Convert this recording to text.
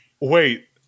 Wait